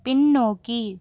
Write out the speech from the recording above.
பின்னோக்கி